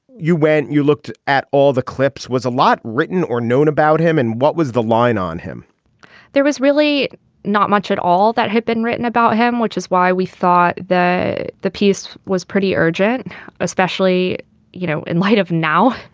you when you looked at all the clips was a lot written or known about him and what was the line on him there was really not much at all that had been written about him which is why we thought that the piece was pretty urgent especially you know in light of now.